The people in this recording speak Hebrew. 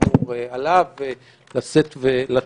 שעליו אמורים לשאת ולתת.